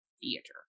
theater